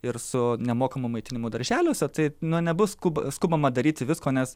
ir su nemokamu maitinimu darželiuose tai na nebus skub skubama daryti visko nes